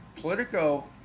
Politico